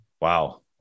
Wow